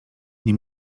nie